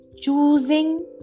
choosing